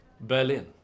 Berlin